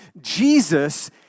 jesus